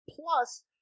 Plus